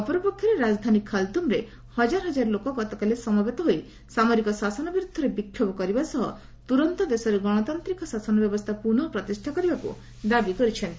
ଅପରପକ୍ଷରେ ରାଜଧାନୀ ଖାଲ୍ତୁମ୍ରେ ହଜାର ହଜାର ଲୋକ ଗତକାଲି ସମବେତ ହୋଇ ସାମରିକ ଶାସନ ବିରୁଦ୍ଧରେ ବିକ୍ଷୋଭ କରିବା ସହ ତୁରନ୍ତ ଦେଶରେ ଗଣତାନ୍ତ୍ରିକ ଶାସନ ବ୍ୟବସ୍ଥା ପୁନଃପ୍ରତିଷ୍ଠା କରିବାକୁ ଦାବି କରିଛନ୍ତି